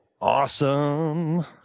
Awesome